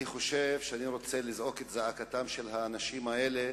אני חושב שאני רוצה לזעוק את זעקתם של האנשים האלה,